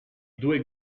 due